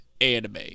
anime